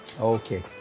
okay